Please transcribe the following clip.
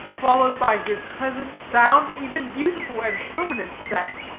followed by his present sound, even, beautiful and permanent set.